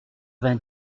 vingt